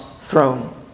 throne